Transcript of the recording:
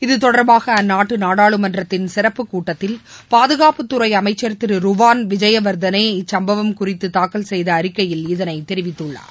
இதுதொடர்பாக அந்நாட்டு நாடாளுமன்றத்தின் சிறப்புக் கூட்டத்தில் பாதுகாப்புத்துறை அமைச்சர் ருவாள் விஜயவர்த்தனே இச்சும்பவம் குறித்து தாக்கல் செய்த அறிக்கையில் இதனை கிரு தெரிவித்துள்ளார்